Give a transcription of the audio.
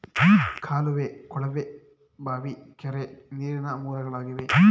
ಕಾಲುವೆ, ಕೊಳವೆ ಬಾವಿ, ಕೆರೆ, ನೀರಿನ ಮೂಲಗಳಾಗಿವೆ